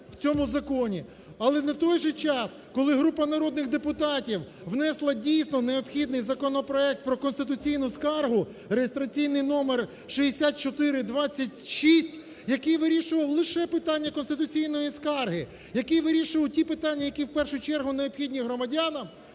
Але на той же час, коли група народних депутатів внесла дійсно необхідний законопроект про конституційну скаргу, реєстраційний номер 6426, який вирішував лише питання конституційної скарги, який вирішував ті питання, які в першу чергу необхідні громадянам,